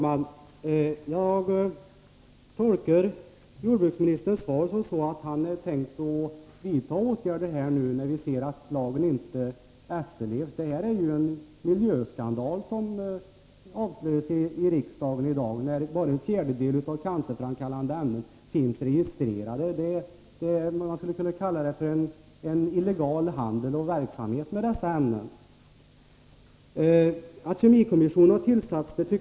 Fru talman! Jag tolkar jordbruksministerns svar så att han tänker vidta åtgärder, när vi nu ser att lagen inte efterlevs. Det är ju en miljöskandal som avslöjas i riksdagen i dag, när vi får veta att bara en fjärdedel av cancerframkallande ämnen finns registrerad. Man skulle kunna säga att det bedrivs illegal handel och verksamhet med dessa ämnen. Att kemikommissionen har tillsatts är bra.